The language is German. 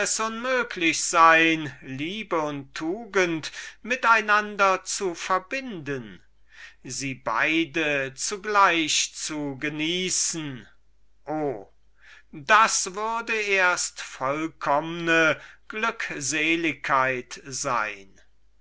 unmöglich sein liebe und tugend mit einander zu verbinden sie beide zu genießen das würde erst eine vollkommne glückseligkeit sein